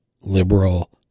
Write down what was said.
liberal